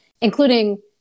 including